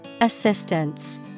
Assistance